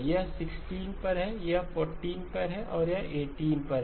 यह 16 पर है यह 14 पर है यह 18 पर है